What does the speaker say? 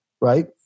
right